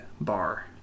bar